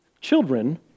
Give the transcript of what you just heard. children